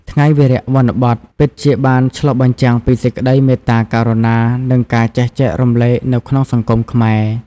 ថ្ងៃវារៈវ័នបតពិតជាបានឆ្លុះបញ្ចាំងពីសេចក្ដីមេត្តាករុណា និងការចេះចែករំលែកនៅក្នុងសង្គមខ្មែរ។